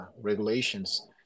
regulations